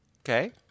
Okay